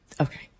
Okay